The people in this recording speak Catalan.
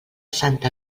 santa